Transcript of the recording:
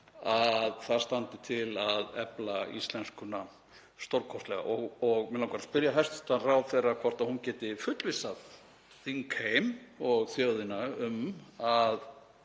að það standi til að efla íslenskuna stórkostlega. Mig langar að spyrja hæstv. ráðherra hvort hún geti fullvissað þingheim og þjóðina um að